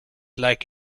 like